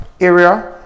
area